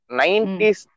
90s